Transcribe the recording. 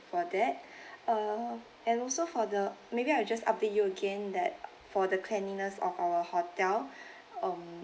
for that uh and also for the maybe I'll just update you again that for the cleanliness of our hotel um